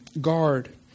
guard